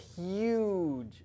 huge